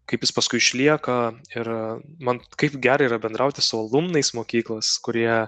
kaip jis paskui išlieka ir man kaip gera yra bendrauti su alumnais mokyklos kurie